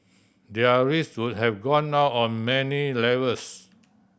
their risk would have gone up on many levels